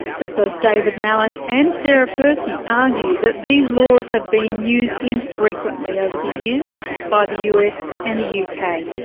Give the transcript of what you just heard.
but both david malet and sarah percy argue that these laws have been used infrequently over the years by the us and the uk. kind of